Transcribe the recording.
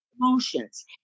emotions